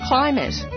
Climate